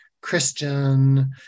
Christian